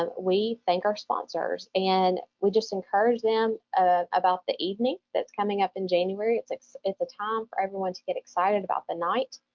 ah we thank our sponsors and we just encourage them ah about the evening that's coming up in january. it's it's a time for everyone to get excited about the night.